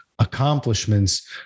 accomplishments